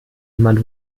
jemand